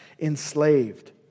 enslaved